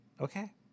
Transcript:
Okay